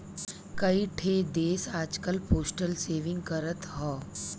कई ठे देस आजकल पोस्टल सेविंग करत हौ